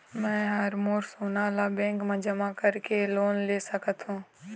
मैं हर मोर सोना ला बैंक म जमा करवाके लोन ले सकत हो?